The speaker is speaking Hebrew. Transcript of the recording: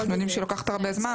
אנחנו יודעים שהיא לוקחת הרבה זמן,